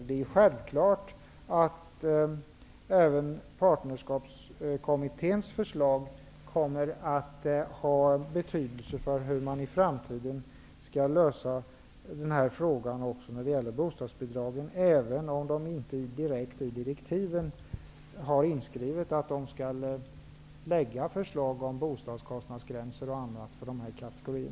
Det är självklart att även Partnerskapskommitténs förslag kommer att ha betydelse för hur man i framtiden skall lösa frågan om bostadsbidragen, även om det inte direkt är inskrivet i direktiven att man skall lägga fram förslag om bostadskostnadsgränser och annat för dessa kategorier.